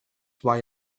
why